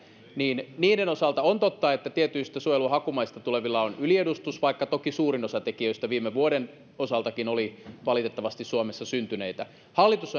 niin niiden osalta on totta että tietyistä suojelunhakumaista tulevilla on yliedustus vaikka toki suurin osa tekijöistä viime vuoden osaltakin oli valitettavasti suomessa syntyneitä hallitus